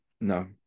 no